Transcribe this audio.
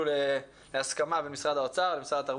היום יום שני ז' בכסלו התשפ"א,